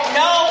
no